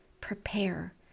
prepare